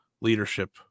Leadership